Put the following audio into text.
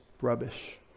rubbish